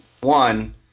one